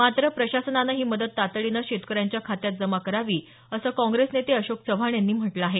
मात्र प्रशासनानं ही मदत तातडीनं शेतकऱ्यांच्या खात्यात जमा करावी असं काँग्रेस नेते अशोक चव्हाण यांनी म्हटलं आहे